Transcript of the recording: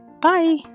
Bye